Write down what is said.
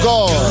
God